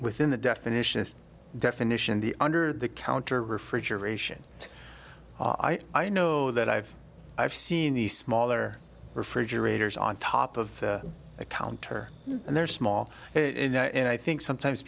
within the definition definition the under the counter refrigeration i know that i've i've seen the smaller refrigerators on top of a counter and they're small and i think sometimes